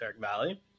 Valley